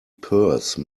purse